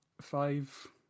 five